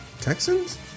Texans